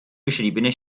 beschriebene